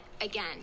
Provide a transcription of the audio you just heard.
again